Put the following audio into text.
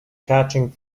catching